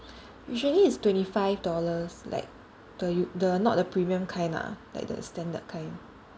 usually it's twenty five dollars like the u~ not the premium kind lah like the standard kind